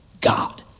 God